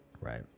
Right